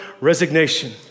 resignation